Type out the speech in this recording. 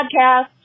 Podcast